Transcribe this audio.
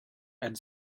and